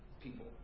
people